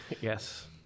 Yes